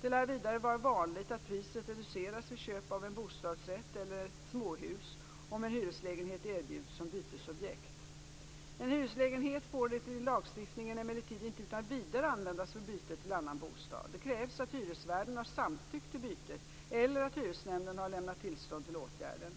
Det lär vidare vara vanligt att priset reduceras vid köp av en bostadsrätt eller ett småhus om en hyreslägenhet erbjuds som bytesobjekt. En hyreslägenhet får enligt lagstiftningen emellertid inte utan vidare användas för byte till annan bostad. Det krävs att hyresvärden har samtyckt till bytet eller att hyresnämnden har lämnat tillstånd till åtgärden.